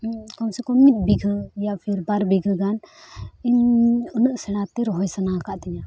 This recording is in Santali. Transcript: ᱠᱚᱢ ᱥᱮ ᱠᱚᱢ ᱢᱤᱫ ᱵᱤᱜᱷᱟᱹ ᱤᱭᱟ ᱯᱷᱤᱨ ᱵᱟᱨ ᱵᱤᱜᱷᱟᱹ ᱜᱟᱱ ᱤᱧ ᱩᱱᱟᱹᱜ ᱥᱮᱬᱟ ᱛᱮ ᱨᱚᱦᱚᱭ ᱥᱟᱱᱟ ᱟᱠᱟᱫᱤᱧᱟᱹ